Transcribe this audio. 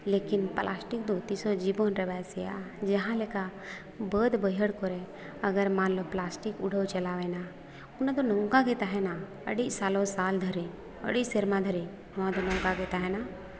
ᱞᱮᱠᱤᱱ ᱯᱞᱟᱥᱴᱤᱠ ᱫᱚ ᱛᱤᱥᱦᱚᱸ ᱡᱤᱵᱚᱱᱨᱮ ᱵᱟᱥᱮᱭᱟᱜᱼᱟ ᱡᱟᱦᱟᱸ ᱞᱮᱠᱟ ᱵᱟᱹᱫᱽ ᱵᱟᱹᱭᱦᱟᱹᱲ ᱠᱚᱨᱮ ᱟᱜᱟᱨ ᱢᱟᱱᱞᱳ ᱯᱞᱟᱥᱴᱤᱠ ᱩᱰᱟᱹᱣ ᱪᱟᱞᱟᱣᱮᱱᱟ ᱚᱱᱟ ᱫᱚ ᱱᱚᱝᱠᱟᱜᱮ ᱛᱟᱦᱮᱱᱟ ᱟᱹᱰᱤ ᱥᱟᱞᱮ ᱥᱟᱞ ᱫᱷᱟᱹᱨᱤᱡᱽ ᱟᱹᱰᱤ ᱥᱮᱨᱢᱟ ᱫᱷᱟᱹᱨᱤᱡ ᱱᱚᱶᱟ ᱫᱚ ᱱᱚᱝᱠᱟᱜᱮ ᱛᱟᱦᱮᱱᱟ